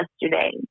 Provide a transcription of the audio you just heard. yesterday